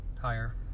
Higher